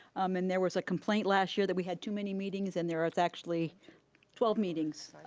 um and there was a complaint last year that we had too many meetings and there was actually twelve meetings,